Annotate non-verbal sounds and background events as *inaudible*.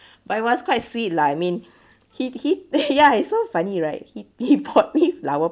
but it was quite sweet lah I mean he he *laughs* ya he's so funny right he he bought me flower